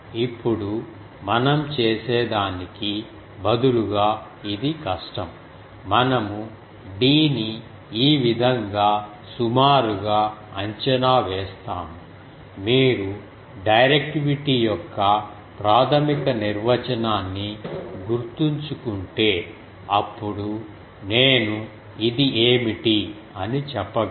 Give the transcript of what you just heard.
ఇప్పుడు మనం చేసే దానికి బదులుగా ఇది కష్టం మనము d ని ఈ విధంగా సుమారుగా అంచనా వేస్తాము మీరు డైరెక్టివిటీ యొక్క ప్రాథమిక నిర్వచనాన్ని గుర్తుంచుకుంటే అప్పుడు నేను ఇది ఏమిటి అని చెప్పగలను